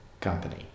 company